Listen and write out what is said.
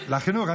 ציינתי לחינוך.